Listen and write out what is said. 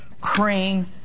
cream